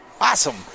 awesome